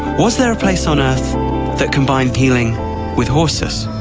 was there a place on earth that combined healing with horses?